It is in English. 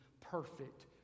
perfect